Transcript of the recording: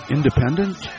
Independent